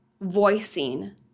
voicing